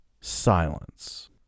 Silence